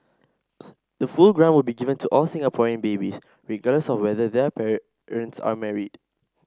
the full grant will be given to all Singaporean babies regardless of whether their parents are married